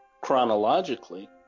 chronologically